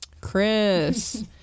Chris